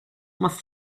must